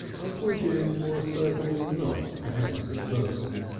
uncle jim was certainly not a handsome person.